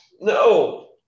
No